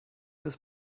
des